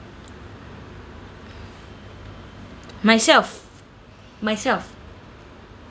myself myself